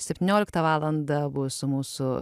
septynioliktą valandą bus mūsų